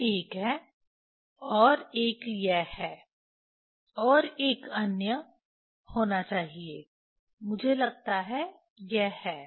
यह एक है और एक यह है और एक अन्य होना चाहिए मुझे लगता है यह है